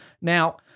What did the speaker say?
Now